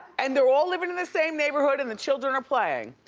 and they're all living in the same neighborhood, and the children are playing,